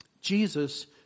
Jesus